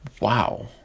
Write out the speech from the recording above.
Wow